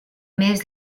mes